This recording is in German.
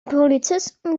polizisten